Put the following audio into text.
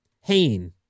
Hane